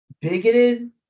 bigoted